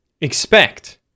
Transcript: Expect